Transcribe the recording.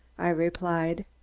i replied.